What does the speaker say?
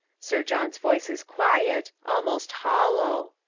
sir john's voice is quiet, almost hollow.